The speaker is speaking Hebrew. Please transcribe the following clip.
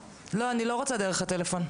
לא, אני לא רוצה דרך הטלפון.